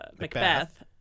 macbeth